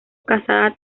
casada